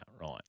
right